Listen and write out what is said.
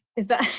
is that?